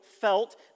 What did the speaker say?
felt